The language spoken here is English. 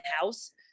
house